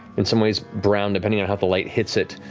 in some ways brown, depending on how the light hits it,